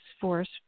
force